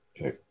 Okay